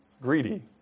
Greedy